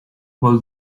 vol